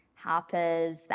Harpers